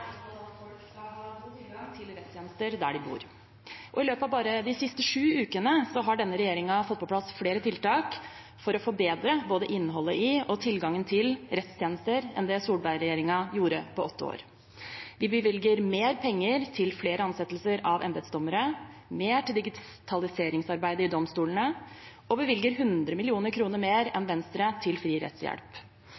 tilgang til rettstjenester der de bor. I løpet av bare de siste sju ukene har denne regjeringen fått på plass flere tiltak for å forbedre både innholdet i og tilgangen til rettstjenester enn det Solberg-regjeringen gjorde på åtte år. Vi bevilger mer penger til flere ansettelser av embetsdommere, mer til digitaliseringsarbeidet i domstolene og bevilger 100 mill. kr mer